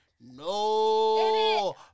No